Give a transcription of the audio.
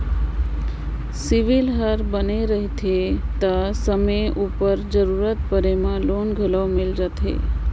CIBIL हर बने रहथे ता समे उपर जरूरत परे में लोन घलो मिल जाथे